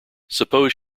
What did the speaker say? suppose